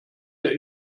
der